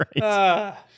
Right